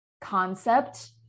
concept